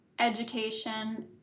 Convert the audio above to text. education